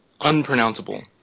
unpronounceable